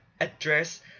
address